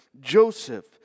Joseph